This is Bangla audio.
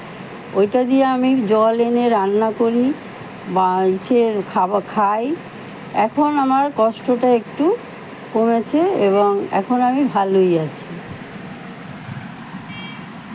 ওইটা দিয়ে আমি জল এনে রান্না করি বা ইসে খাবা খাই এখন আমার কষ্টটা একটু কমেছে এবং এখন আমি ভালোই আছি